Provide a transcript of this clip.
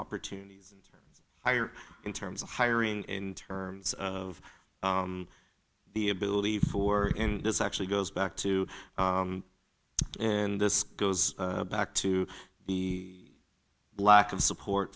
opportunities higher in terms of hiring in terms of the ability for and this actually goes back to and this goes back to be lack of support